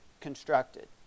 constructed